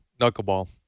knuckleball